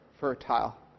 Fertile